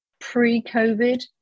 Pre-Covid